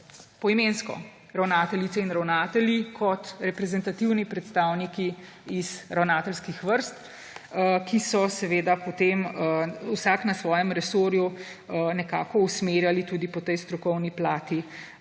poimensko – ravnateljice in ravnatelji kot reprezentativni predstavniki iz ravnateljskih vrst, ki so potem vsak na svojem resorju nekako usmerjali tudi po tej strokovni plati